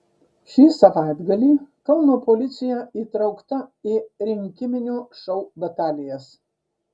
šį savaitgalį kauno policija įtraukta į rinkiminio šou batalijas